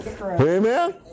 Amen